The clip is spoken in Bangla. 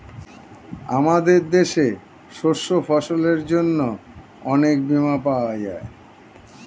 আমাদের দেশে শস্য ফসলের জন্য অনেক বীমা পাওয়া যায়